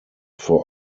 vor